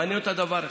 מעניין אותה דבר אחד,